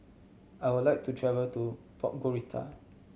I would like to travel to Podgorica